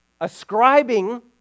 Ascribing